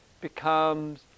becomes